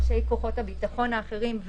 גם על אנשי כוחות הביטחון האחרים,